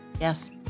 Yes